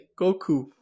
Goku